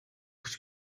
өгч